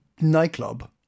nightclub